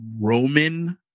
Roman